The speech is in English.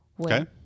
Okay